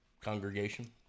congregation